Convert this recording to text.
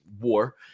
war